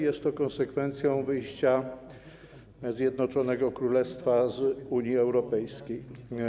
Jest to konsekwencją wyjścia Zjednoczonego Królestwa z Unii Europejskiej.